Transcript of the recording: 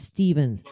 Stephen